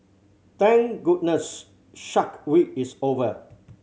thank goodness Shark Week is over